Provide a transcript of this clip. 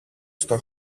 στο